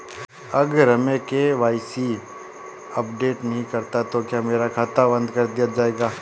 अगर मैं KYC update नहीं करता तो क्या मेरा खाता बंद कर दिया जाएगा?